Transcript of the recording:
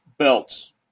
belts